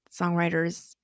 songwriters